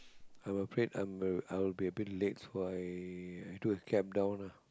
I'm afraid I'm a I'll be a bit late so I I took a cab down lah